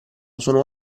sono